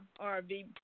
RV